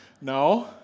No